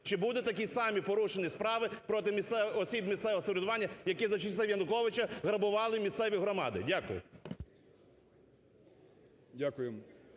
Чи будуть такі самі порушені справи проти осіб місцевого самоврядування, які за часів Януковича грабували місцеві громади? Дякую.